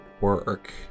work